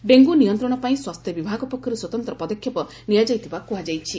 dengue ନିୟନ୍ତଶ ପାଇଁ ସ୍ୱାସ୍ଥ୍ୟ ବିଭାଗ ପକ୍ଷରୁ ସ୍ୱତନ୍ତ ପଦକ୍ଷେପ ନିଆଯାଇଥିବା କୁହାଯାଇଛି